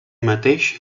mateix